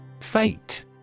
Fate